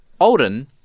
olden